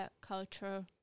culture